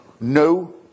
no